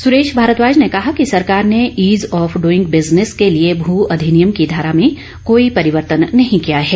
सुरेश भारद्वाज ने कहा कि सरकार ने ईज आफ डूइंग बिजनेस के लिए भू अधिनियम की धारा में कोई परिवर्तन नहीं किया है